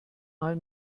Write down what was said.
mal